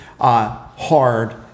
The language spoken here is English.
Hard